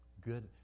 Good